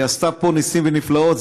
היא עשתה פה ניסים ונפלאות,